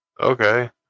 Okay